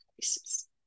places